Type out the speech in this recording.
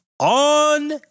On